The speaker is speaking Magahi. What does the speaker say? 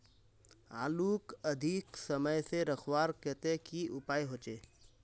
आलूक अधिक समय से रखवार केते की उपाय होचे?